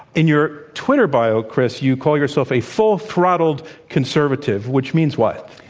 in your twitter bio, kris, you call yourself a full-throttled conservative, which means what?